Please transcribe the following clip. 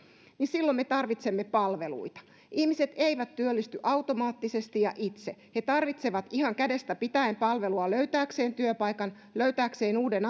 silloin me tarvitsemme palveluita ihmiset eivät työllisty automaattisesti ja itse he tarvitsevat ihan kädestä pitäen palvelua löytääkseen työpaikan löytääkseen uuden